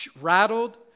rattled